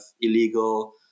illegal